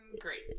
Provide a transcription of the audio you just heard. great